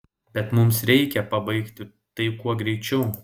bet mums reikia pabaigti tai kuo greičiau